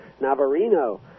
Navarino